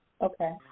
Okay